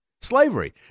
Slavery